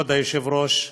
כבוד היושב-ראש,